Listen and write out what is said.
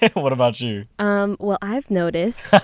what about you? um well, i've noticed.